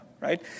Right